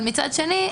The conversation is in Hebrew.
אבל מצד שני,